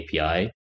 API